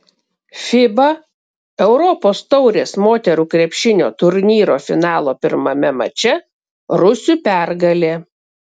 fiba europos taurės moterų krepšinio turnyro finalo pirmame mače rusių pergalė